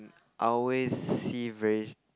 I always see very